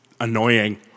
annoying